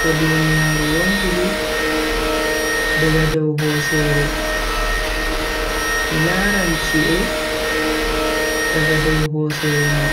ko duniya wontiri daga dow hosere. Mi laran chi'e daga dow hosere mai.